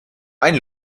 ein